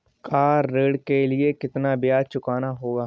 Car ऋण के लिए कितना ब्याज चुकाना होगा?